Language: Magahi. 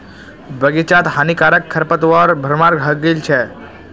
बग़ीचात हानिकारक खरपतवारेर भरमार हइ गेल छ